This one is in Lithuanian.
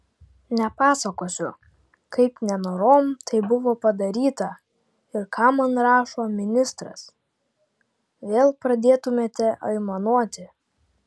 nepasakosiu kaip nenorom tai buvo padaryta ir ką man rašo ministras vėl pradėtumėte aimanuoti